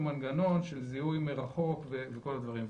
מנגנון של זיהוי מרחוק וכל הדברים האלה.